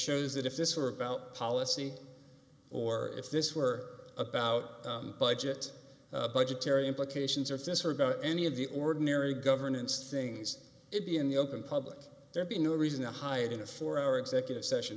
shows that if this were about policy or if this were about budget budgetary implications of this or any of the ordinary governance things it be in the open public there'd be no reason to hide in a four hour executive session